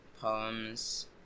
poems